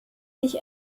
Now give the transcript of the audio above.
sich